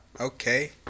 Okay